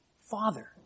Father